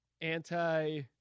Anti